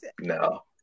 No